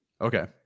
Okay